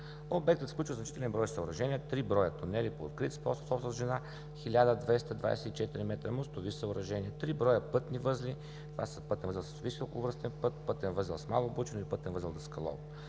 Обектът включва значителен брой съоръжения – три броя тунели по открит способ с обща дължина 1224 м мостови съоръжения; три броя пътни възли – това са пътен възел „Софийски околовръстен път“, пътен възел „Мало Бучино“ и пътен възел „Даскалово“.